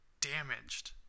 damaged